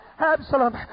Absalom